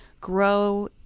grow